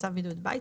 לצו בידוד בית.